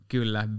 Kyllä